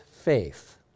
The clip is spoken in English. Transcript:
faith